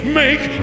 make